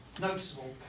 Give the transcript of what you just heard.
noticeable